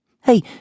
Hey